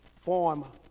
form